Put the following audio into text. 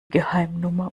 geheimnummer